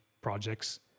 projects